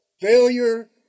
Failure